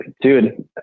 dude